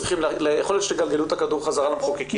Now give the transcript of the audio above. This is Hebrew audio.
יכול להיות שתגלגלו את הכדור בחזרה למחוקקים.